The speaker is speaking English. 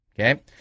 Okay